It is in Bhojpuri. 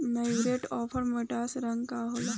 म्यूरेट ऑफ पोटाश के रंग का होला?